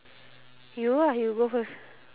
you ah you go first